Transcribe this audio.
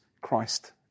Christ